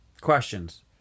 Questions